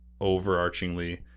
overarchingly